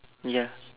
ya